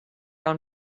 own